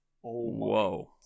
whoa